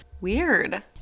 Weird